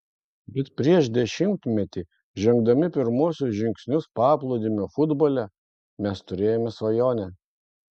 bet prieš dešimtmetį žengdami pirmuosius žingsnius paplūdimio futbole mes turėjome svajonę